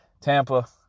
Tampa